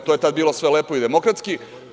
To je tada bilo sve lepo i demokratski.